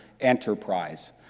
enterprise